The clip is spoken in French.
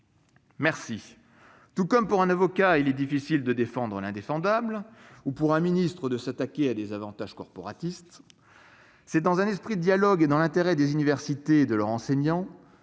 est difficile pour un avocat de défendre l'indéfendable ou pour un ministre de s'attaquer à des avantages corporatistes. C'est dans un esprit de dialogue et dans l'intérêt des universités et de leurs enseignants